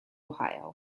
ohio